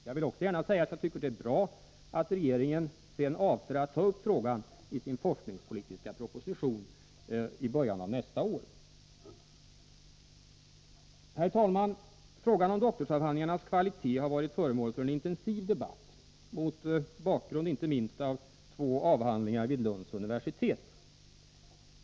Det är också bra att regeringen sedan avser att ta upp frågan i sin forskningspolitiska proposition i början av nästa år. Herr talman! Doktorsavhandlingarnas kvalitet har varit föremål för en intensiv debatt, inte minst mot bakgrund av två avhandlingar vid Lunds universitet.